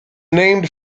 named